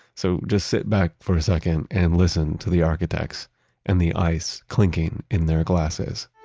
so, just sit back for a second and listen to the architects and the ice clinking in their glasses